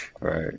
right